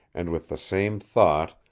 and with the same thought,